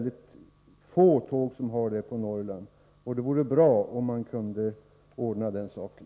Det vore bra om man kunde ordna den saken.